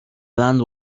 land